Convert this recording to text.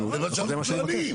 נו, זה מה שאנחנו שואלים.